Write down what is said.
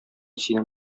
синең